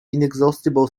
inexhaustible